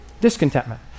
discontentment